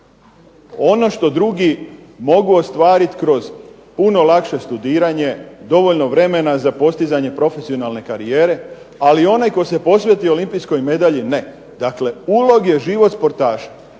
ono što drugi mogu ostvarit kroz puno lakše studiranje, dovoljno vremena za postizanje profesionalne karijere ali onaj tko se posveti olimpijskoj medalji ne. Dakle ulog je život sportaša,